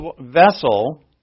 vessel